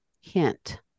hint